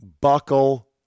Buckle